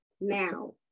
now